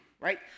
right